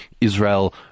Israel